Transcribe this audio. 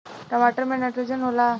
टमाटर मे नाइट्रोजन होला?